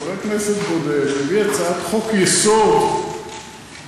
חבר כנסת בודד מביא הצעת חוק-יסוד לממשלה,